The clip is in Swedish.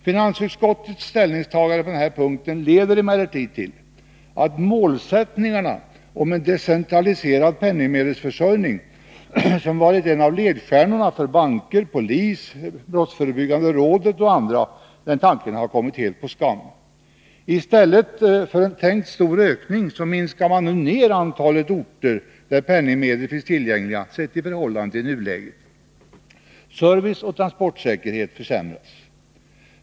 Finansutskottets ställningstagande på denna punkt leder emellertid till att målsättningen en decentraliserad penningsmedelsförsörjning, som varit en av ledstjärnorna för banker, polis, brottsförebyggande rådet och andra, har kommit helt på skam. I stället för en tänkt stor ökning minskar man nu ner antalet orter där penningmedel finns tillgängliga, sett i förhållande till nuläget. Service och transportsäkerhet försämras.